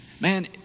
man